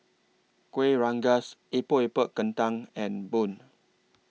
Kueh Rengas Epok Epok Kentang and Bun